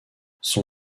son